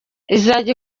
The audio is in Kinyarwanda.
izajya